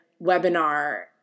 webinar